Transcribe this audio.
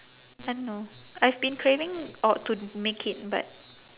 I don't know I've been craving uh to make it but